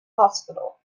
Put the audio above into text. hospital